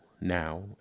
now